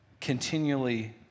continually